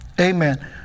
Amen